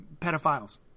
pedophiles